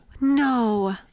No